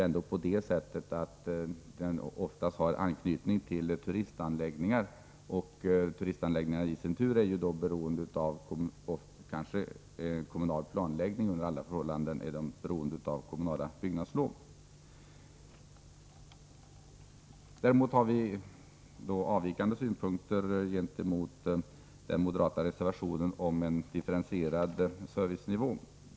Skidliftarna har ofta anknytning till turistanläggningar, och dessa är ju i sin tur ofta beroende av kommunal planläggning. Under alla förhållanden är de beroende av kommunala byggnadslov. Däremot har vi avvikande synpunkter när det gäller den moderata reservationen om en differentierad servicenivå.